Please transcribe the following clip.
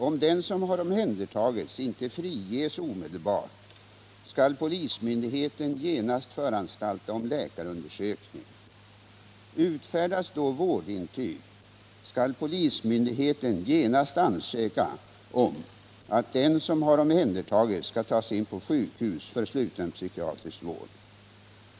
Om den som har omhändertagits inte friges omedelbart, skall polismyndigheten genast föranstalta om läkarundersökning. Utfärdas då vårdintyg skall polismyndigheten genast ansöka om att den som har omhändertagits skall tas in på sjukhus för sluten psykiatrisk vård.